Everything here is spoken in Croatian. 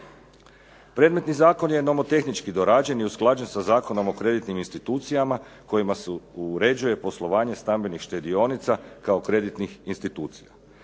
Predmetni zakon je nomotehnički dorađen i usklađen sa Zakonom o kreditnim institucijama kojima se uređuje poslovanje stambenih štedionica kao kreditnih institucija.